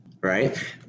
right